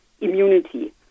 immunity